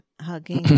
hugging